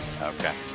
Okay